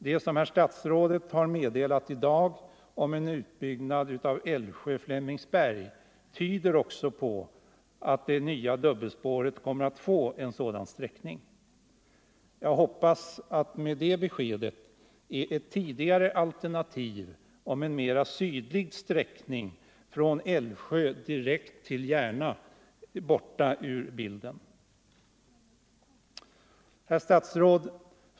Det som herr statsrådet meddelade i dag om en utbyggnad av linjen Älvsjö-Flemingsberg tyder också på att det nya dubbelspåret kommer att få en sådan sträckning. Jag hoppas att med det beskedet är ett tidigare alternativ om en mera sydlig sträckning från Älvsjö direkt till Järna borta ur bilden. Herr statsråd!